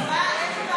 כזה.